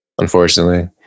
unfortunately